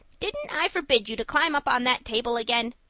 didn't i forbid you to climb up on that table again?